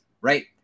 right